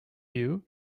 view